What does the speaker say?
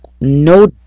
no